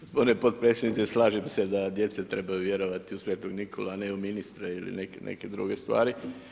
Gospodine potpredsjedniče, slažem se da djeca trebaju vjerovati u Sv. Nikolu a ne u ministre ili neke druge stvari.